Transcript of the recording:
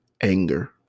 anger